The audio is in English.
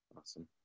Awesome